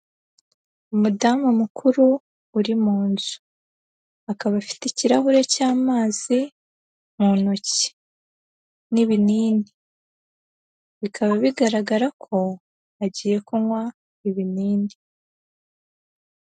Umudamu mukuru uri mu nzu, akaba afite ikirahure cy'amazi mu ntoki n'ibinini, bikaba bigaragara ko agiye kunkwa ibinini.